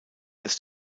ist